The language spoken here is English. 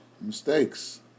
Mistakes